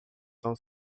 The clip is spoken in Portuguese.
tão